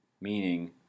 Meaning